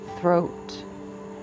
throat